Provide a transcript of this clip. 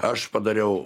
aš padariau